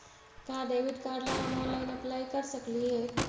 का debit card ला हम ऑनलाइन अप्लाई कर सकली हे?